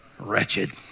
wretched